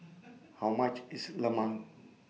How much IS Lemang